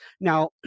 Now